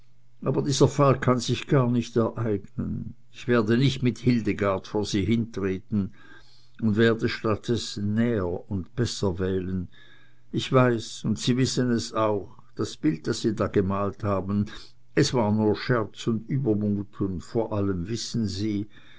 aber dieser fall kann sich gar nicht ereignen ich werde nicht mit hildegard vor sie hintreten und werde statt dessen näher und besser wählen ich weiß und sie wissen es auch das bild das sie da gemalt haben es war nur scherz und übermut und vor allem wissen sie